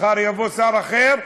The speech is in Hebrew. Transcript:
מחר יבוא שר אחר,